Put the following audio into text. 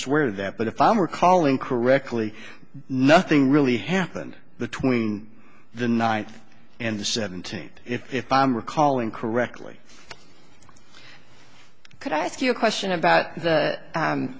swear that but if i'm recalling correctly nothing really happened the tween the ninth and the seventeenth if i'm recalling correctly could i ask you a question about the